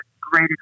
great